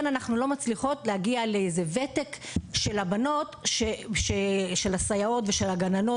אנחנו לא מצליחות להגיע לוותק של הסייעות, הגננות